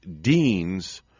deans